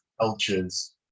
cultures